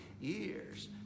years